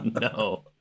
no